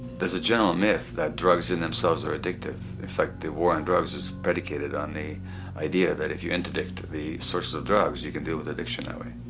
there is a general myth that drugs, in themselves, are addictive. in fact, the war on drugs is predicated on the idea that if you interdict the source of drugs you can deal with addiction that way.